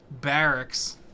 barracks